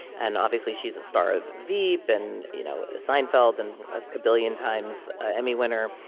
and obviously, she's the star of veep and, you know, seinfeld and a kabillion-times emmy winner.